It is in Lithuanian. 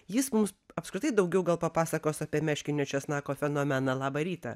jis mums apskritai daugiau gal papasakos apie meškinio česnako fenomeną labą rytą